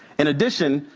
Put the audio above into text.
in addition,